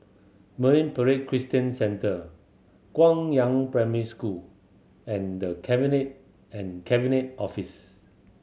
Marine Parade Christian Centre Guangyang Primary School and The Cabinet and Cabinet Office